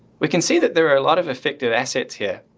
we can see that there are a lot of effective assets here.